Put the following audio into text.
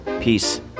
Peace